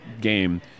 game